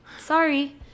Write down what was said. sorry